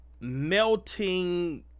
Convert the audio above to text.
melting